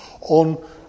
on